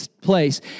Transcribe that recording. place